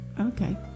Okay